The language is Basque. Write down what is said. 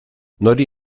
nori